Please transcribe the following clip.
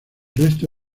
resto